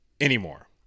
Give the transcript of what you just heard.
anymore